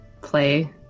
play